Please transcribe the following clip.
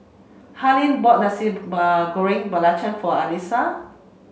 Harlene bought Nasi Goreng Belacan for Alysia